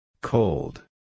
Cold